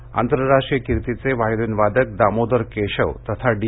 निधन आंतरराष्ट्रीय कीर्तीचे व्हायोलीन वादक दामोदर केशव तथा डी